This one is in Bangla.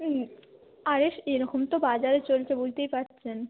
হুম আরে এরকম তো বাজারে চলছে বুঝতেই পারছেন